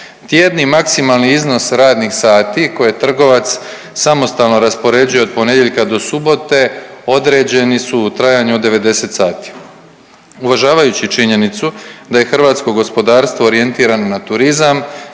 Tjedni maksimalni iznos radnih sati koje trgovac samostalno raspoređuje od ponedjeljka do subote određeni su u trajanju od 90 sati. Uvažavajući činjenicu da je hrvatsko gospodarstvo orijentirano na turizam